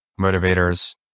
motivators